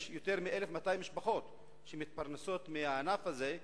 יש יותר מ-1,200 משפחות שמתפרנסות מהענף הזה,